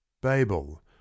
Babel